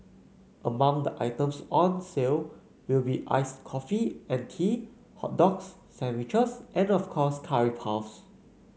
among the items on sale will be iced coffee and tea hot dogs sandwiches and of course curry puffs